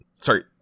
Sorry